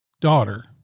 daughter